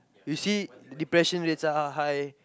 you see depression rates are are high